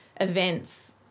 events